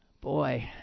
Boy